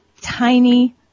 tiny